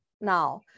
now